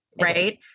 right